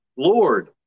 Lord